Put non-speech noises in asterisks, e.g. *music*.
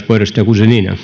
*unintelligible* puhemies